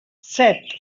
set